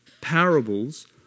Parables